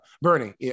Bernie